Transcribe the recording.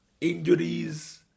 injuries